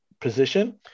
position